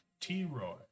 T-Roy